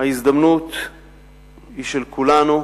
ההזדמנות היא של כולנו,